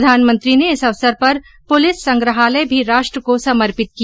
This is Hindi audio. प्रधानमंत्री ने इस अवसर पर पुलिस संग्रहालय भी राष्ट्र को समर्पित किया